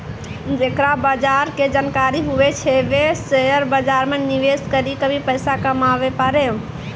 जेकरा बजार के जानकारी हुवै छै वें शेयर बाजार मे निवेश करी क भी पैसा कमाबै पारै